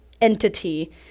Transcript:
entity